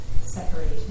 separation